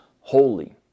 holy